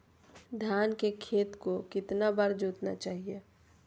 धान के खेत को कितना बार जोतना चाहिए?